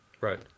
right